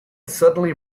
suddenly